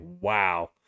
Wow